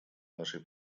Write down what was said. нашей